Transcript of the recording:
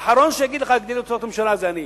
האחרון שיגיד לך להגדיל את הוצאות הממשלה זה אני.